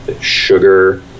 sugar